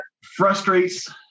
frustrates